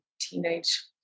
teenage